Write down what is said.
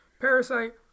Parasite